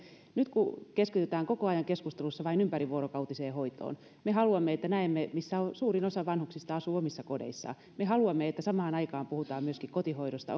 nyt kun keskitytään koko ajan keskustelussa vain ympärivuorokautiseen hoitoon me haluamme että näemme että suurin osa vanhuksista asuu omissa kodeissaan me haluamme että samaan aikaan puhutaan myöskin kotihoidosta